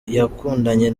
yakundanye